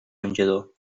menjador